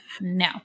No